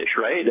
right